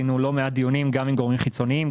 עשינו לא מעט דיונים גם עם גורמים חיצוניים,